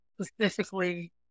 specifically